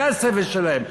זה הסבל שלהם,